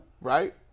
right